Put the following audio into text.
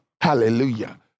Hallelujah